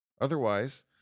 Otherwise